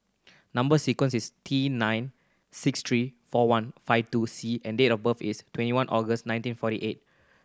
number sequence is T nine six three four one five two C and date of birth is twenty one August nineteen forty eight